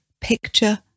picture